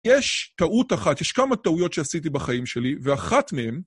יש טעות אחת, יש כמה טעויות שעשיתי בחיים שלי, ואחת מהן...